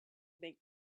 make